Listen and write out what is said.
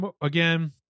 again